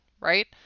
right